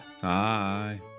hi